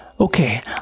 Okay